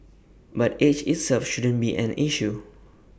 but age itself shouldn't be an issue